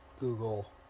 Google